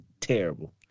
terrible